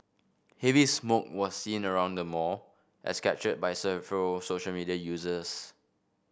heavy smoke was seen around the mall as captured by several social media users